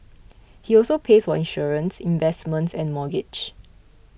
he also pays for insurance investments and mortgage